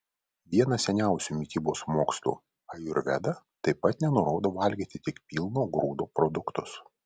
vienas seniausių mitybos mokslų ajurveda taip pat nenurodo valgyti tik pilno grūdo produktus